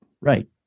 Right